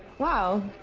wow.